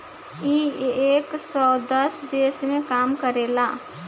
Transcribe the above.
इ एक सौ दस देश मे काम करेला